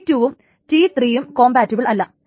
T 2 ഉം T 3 ഉം compatible അല്ല